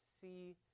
see